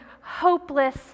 hopeless